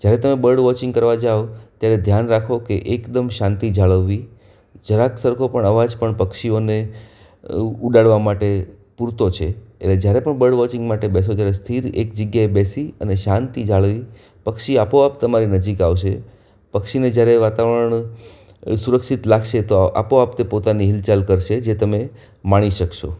જ્યારે તમે bird watching કરવા જાઓ ત્યારે ધ્યાન રાખો કે એકદમ શાંતિ જાળવવી જરાક સરખો પણ અવાજ પણ પક્ષીઓને ઉડાડવા માટે પૂરતો છે એટલે જ્યારે પણ બર્ડ વોચિંગ માટે બેસો ત્યારે સ્થિર એક જગ્યાએ બેસી અને શાંતિ જાળવી પક્ષી આપોઆપ તમારી નજીક આવશે પક્ષીને જ્યારે વાતાવરણ સુરક્ષિત લાગશે તો આપોઆપ તે પોતાની હિલચાલ કરશે જે તમે માણી શકશો